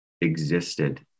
existed